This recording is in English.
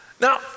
Now